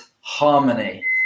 harmony